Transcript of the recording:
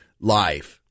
life